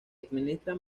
administra